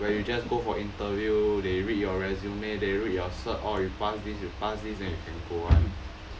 where you just go for interview they read your resume they read your cert orh you pass this you pass this then you can go [one]